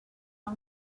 all